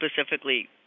specifically